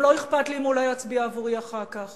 וגם לא אכפת לי אם הוא לא יצביע עבורי אחר כך.